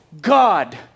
God